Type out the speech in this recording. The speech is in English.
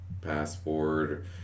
passport